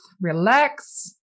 relax